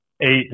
eight